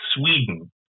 Sweden